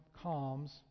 calms